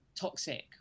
toxic